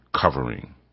covering